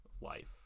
life